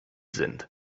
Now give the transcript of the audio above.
sind